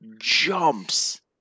jumps